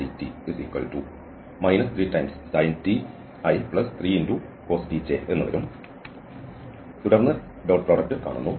drdt 3sin t i3cos t j വരും തുടർന്ന് dot product കാണുന്നു